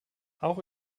auch